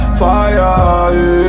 fire